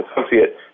associate